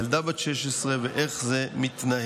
ילדה בת 16, ואיך זה מתנהל.